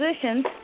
positions